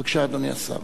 בבקשה, אדוני השר.